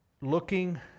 looking